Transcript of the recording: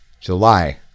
July